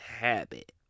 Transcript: habit